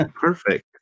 perfect